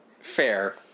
Fair